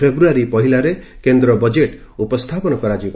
ଫେବୃୟାରୀ ପହିଲାରେ କେନ୍ଦ୍ର ବଜେଟ୍ ଉପସ୍ଥାପନ କରାଯିବ